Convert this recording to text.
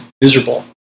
miserable